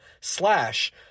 slash